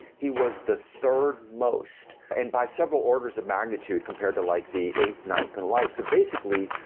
he was the third most. and by several orders of magnitude compared to like the eighth, ninth and life so basically,